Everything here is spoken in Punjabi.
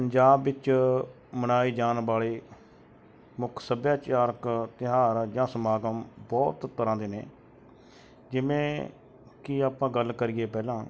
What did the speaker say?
ਪੰਜਾਬ ਵਿੱਚ ਮਨਾਏ ਜਾਣ ਵਾਲੇ ਮੁੱਖ ਸੱਭਿਆਚਾਰਕ ਤਿਉਹਾਰ ਜਾਂ ਸਮਾਗਮ ਬਹੁਤ ਤਰ੍ਹਾਂ ਦੇ ਨੇ ਜਿਵੇਂ ਕਿ ਆਪਾਂ ਗੱਲ ਕਰੀਏ ਪਹਿਲਾਂ